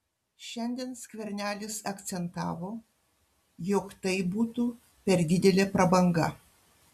šiandien skvernelis akcentavo jog tai būtų per didelė prabanga